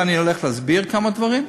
ואני הולך להסביר כמה דברים,